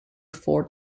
fort